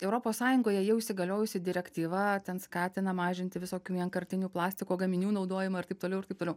europos sąjungoje jau įsigaliojusi direktyva ten skatina mažinti visokių vienkartinių plastiko gaminių naudojimą ir taip toliau ir taip toliau